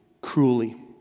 cruelly